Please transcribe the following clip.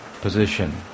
position